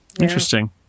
Interesting